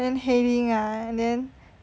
heading ah and then